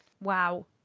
Wow